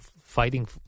fighting